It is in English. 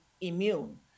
immune